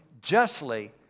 justly